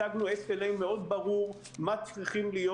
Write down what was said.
הצגנו SLA מאוד ברור מה צריך להיות.